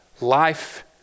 life